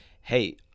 hey